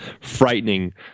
frightening